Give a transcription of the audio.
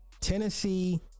tennessee